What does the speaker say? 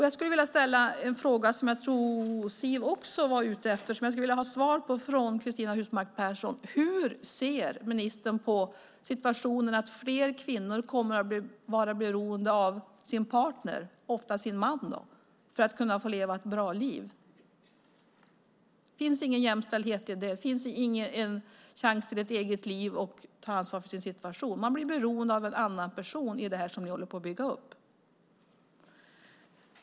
Jag skulle vilja ställa en fråga till Cristina Husmark Pehrsson som jag tror att även Siw Wittgren-Ahl var ute efter. Hur ser ministern på situationen att fler kvinnor kommer att vara beroende av sin partner, oftast sin man, för att kunna få leva ett bra liv? Det finns ingen jämställdhet i detta. Det finns ingen chans till ett eget liv eller någon möjlighet att ta ansvar för sin situation. Man blir beroende av en annan person när det gäller det som ni håller på att bygga upp.